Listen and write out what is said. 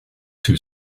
too